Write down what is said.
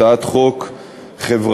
הצעת חוק חברתית,